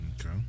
Okay